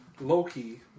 Loki